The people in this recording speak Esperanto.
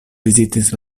vizitis